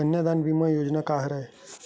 कन्यादान बीमा योजना का हरय?